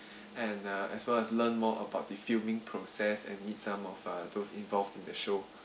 and uh as well as learn more about the filming process and meet some of uh those involved in the show